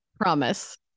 promise